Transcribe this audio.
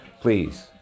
Please